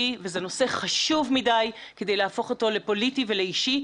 וזה נושא חשוב מדי מכדי להפוך אותו לפוליטי ולאישי,